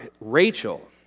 Rachel